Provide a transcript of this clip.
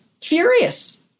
furious